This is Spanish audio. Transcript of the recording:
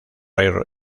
rey